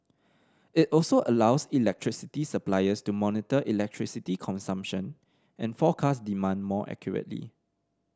it also allows electricity suppliers to monitor electricity consumption and forecast demand more accurately